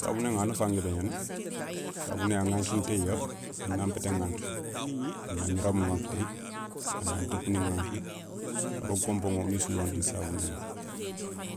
Sabouné ηa a nafa nguébé gnani, sabouné an ηakhini téya, a nan npété ηankhi, a na gniramou ηankhi téye a nan topouni ηankhi haro konpo ηa woni sourana ti sabouné gna